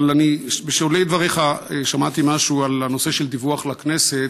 אבל בשולי דבריך שמעתי משהו על הנושא של דיווח לכנסת,